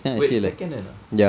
wait second hand ah